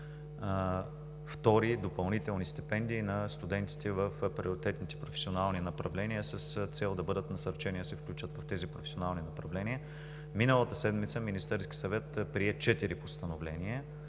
втори допълнителни стипендии на студентите в приоритетните професионални направления с цел да бъдат насърчени да се включат в тези професионални направления. Миналата седмица Министерският съвет прие промени